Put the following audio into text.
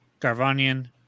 Garvanian